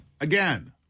again